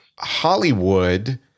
Hollywood